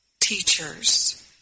teachers